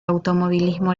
automovilismo